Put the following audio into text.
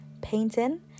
painting